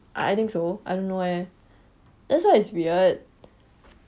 I think so I don't know eh that's why it's weird oh ya ya ya ya ya ya ya she said it so weird